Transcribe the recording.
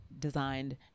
designed